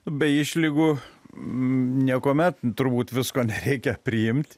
be išlygų niekuomet turbūt visko nereikia priimt